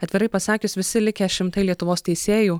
atvirai pasakius visi likę šimtai lietuvos teisėjų